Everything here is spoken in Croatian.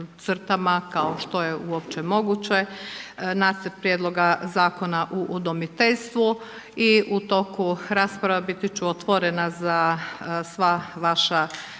kao što je uopće moguće nacrt prijedloga Zakona o udomiteljstvu i u toku rasprava biti ću otvorena za sva vaša